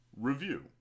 Review